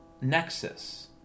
nexus